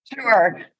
Sure